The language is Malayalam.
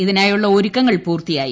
ഇതിനായുള്ള ഒരുക്കങ്ങൾ പൂർത്തിയായി